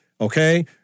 okay